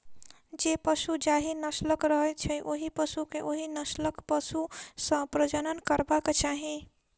जे पशु जाहि नस्लक रहैत छै, ओहि पशु के ओहि नस्लक पशु सॅ प्रजनन करयबाक चाही